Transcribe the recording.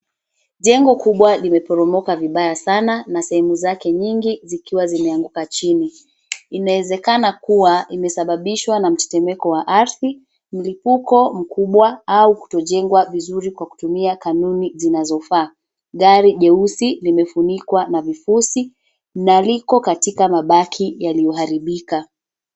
Jengo kubwa limeporomoka vibaya sana na sehemu zake nyingi zikiwa zimeanguka chini. Inawezekana kuwa imesababishwa na mtetemeko wa ardhi, mlipuko mkubwa au kutojengwa vizuri kwa kutumia kanuni zinazofaa. Gari jeusi limefunikwa na vifusi na liko katika mabaki yaliyoharibika.